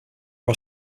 are